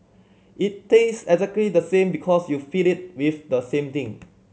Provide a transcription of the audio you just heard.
it tastes exactly the same because you feed it with the same thing